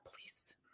please